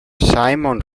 simon